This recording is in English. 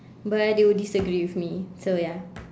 but they would disagree with me so ya